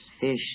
fish